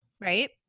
right